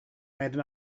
made